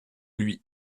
lui